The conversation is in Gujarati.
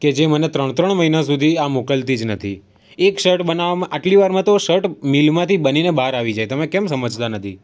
કે જે મને ત્રણ ત્રણ મહિના સુધી આ મોકલતી જ નથી એક શર્ટ બનાવવામાં આટલી વારમાં તો શર્ટ મિલમાંથી બનીને બહાર આવી જાય તમે કેમ સમજતા નથી